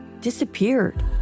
disappeared